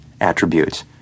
attributes